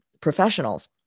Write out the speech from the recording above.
professionals